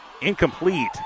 incomplete